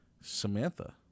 Samantha